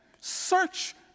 search